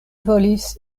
volis